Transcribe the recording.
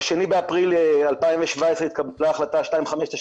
ב-2 באפריל 2017 התקבלה החלטה 2592,